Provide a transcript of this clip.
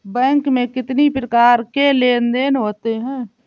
Bank में कितनी प्रकार के लेन देन देन होते हैं?